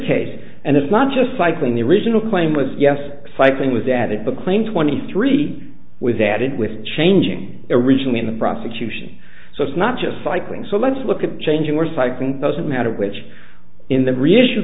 case and it's not just cycling the original claim was yes cycling was added the claim twenty three was added with changing originally in the prosecution so it's not just cycling so let's look at changing or cycling doesn't matter which in the reissue